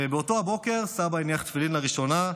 ובאותו הבוקר, סבא הניח תפילין לראשונה,